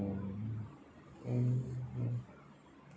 mm mmhmm